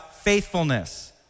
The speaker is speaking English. faithfulness